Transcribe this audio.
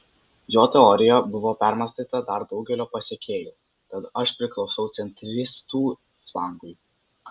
jo teorija buvo permąstyta dar daugelio pasekėjų tad aš priklausau centristų flangui